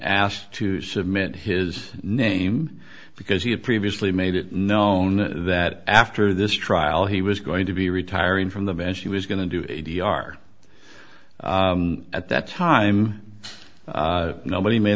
asked to submit his name because he had previously made it known that after this trial he was going to be retiring from the bench he was going to do a d r at that time nobody made